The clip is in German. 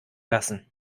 lassen